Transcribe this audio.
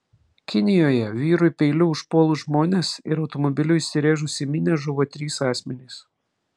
kinijoje vyrui peiliu užpuolus žmones ir automobiliu įsirėžus į minią žuvo trys asmenys